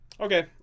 Okay